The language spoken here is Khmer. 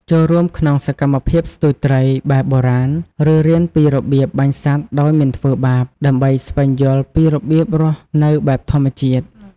ចូលរួមក្នុងសកម្មភាពស្ទូចត្រី បែបបុរាណ ឬរៀនពីរបៀបបបាញ់សត្វដោយមិនធ្វើបាប ដើម្បីស្វែងយល់ពីរបៀបរស់នៅបែបធម្មជាតិ។